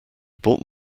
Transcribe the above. bought